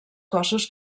cossos